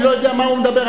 אני לא יודע מה הוא מדבר,